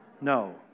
No